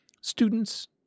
students